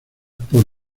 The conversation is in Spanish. por